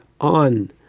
on